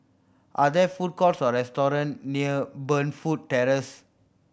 are there food courts or restaurant near Burnfoot Terrace